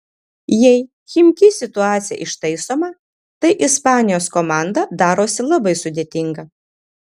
jei chimki situacija ištaisoma tai ispanijos komanda darosi labai sudėtinga